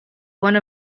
one